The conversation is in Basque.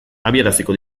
abiaraziko